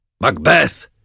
Macbeth